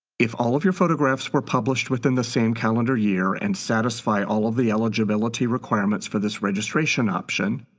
if all of your photographs were published within the same calendar year, and satisfy all of the eligibility requirements for this registration option,